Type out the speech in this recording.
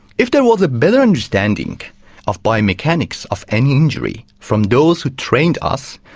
if there was a better understanding of biomechanics of an injury from those who trained us,